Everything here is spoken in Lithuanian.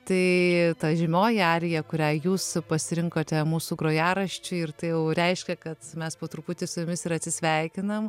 tai ta žymioji arija kurią jūs pasirinkote mūsų grojaraščiui ir tai jau reiškia kad mes po truputį su jumis ir atsisveikinam